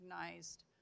recognized